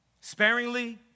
Sparingly